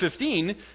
15